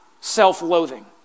self-loathing